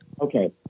Okay